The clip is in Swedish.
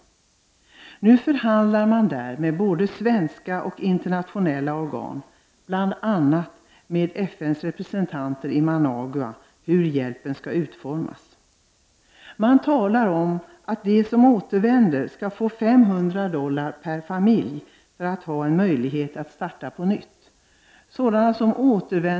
Där förhandlar man med både svenska och internationella organ, bl.a. med FN:s representanter i Managua, om hur hjälpen skall utformas. Det talas om att de som återvänder skall få 500 dollar per familj för att ha möjlighet att starta på nytt.